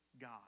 God